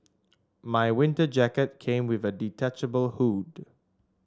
my winter jacket came with a detachable hood